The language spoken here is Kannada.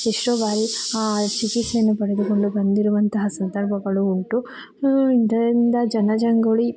ಎಷ್ಟೋ ಬಾರಿ ಆ ಚಿಕಿತ್ಸೆಯನ್ನು ಪಡೆದುಕೊಂಡು ಬಂದಿರುವಂತಹ ಸಂದರ್ಭಗಳು ಉಂಟು ಇದರಿಂದ ಜನಜಂಗುಳಿ